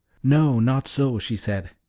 no, not so, she said.